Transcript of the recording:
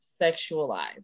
sexualized